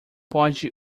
pode